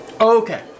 Okay